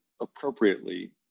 appropriately